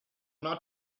not